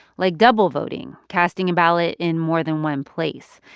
like double voting, casting a ballot in more than one place.